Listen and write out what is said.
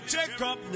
Jacob